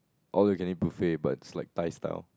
all you can eat buffet but it's like Thai style